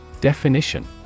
Definition